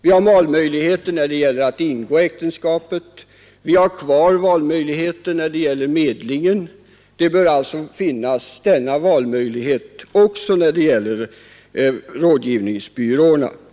Vi har valmöjligheter när det gäller att ingå äktenskap och vi har kvar valmöjligheter när det gäller medlingen; det bör alltså finnas valmöjligheter också när det gäller rådgivningsbyråerna.